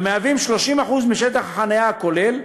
המהווים 30% משטח החניה הכולל,